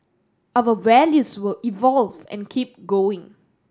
our values will evolve and keep going